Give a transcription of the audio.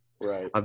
Right